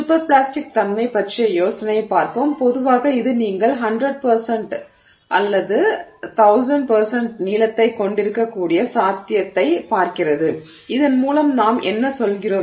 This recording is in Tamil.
சூப்பர் பிளாஸ்டிக் தன்மை பற்றிய யோசனையைப் பார்ப்போம் பொதுவாக இது நீங்கள் 100 அல்லது 1000 நீளத்தைக் கொண்டிருக்கக்கூடிய சாத்தியத்தைப் பார்க்கிறது இதன் மூலம் நாம் என்ன சொல்கிறோம்